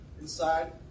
inside